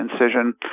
incision